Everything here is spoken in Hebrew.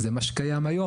זה מה שקיים היום.